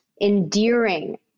endearing